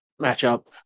matchup